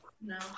no